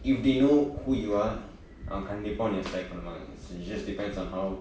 if they know who you அவன் கண்டிப்பா உன்னைய :avan kandipaa unnaiya select பன்னுவாங்க:pannuvaanga it just depends on how